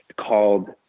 called